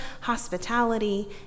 hospitality